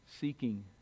seeking